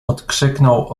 odkrzyknął